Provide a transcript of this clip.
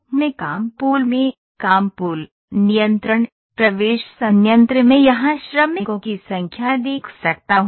मैं काम पूल में काम पूल नियंत्रण प्रवेश संयंत्र में यहां श्रमिकों की संख्या देख सकता हूं